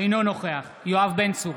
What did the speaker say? אינו נוכח יואב בן צור,